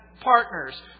partners